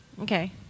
Okay